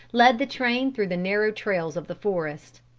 led the train through the narrow trails of the forest.